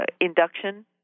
induction